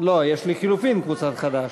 וקבוצת חד"ש?